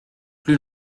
plus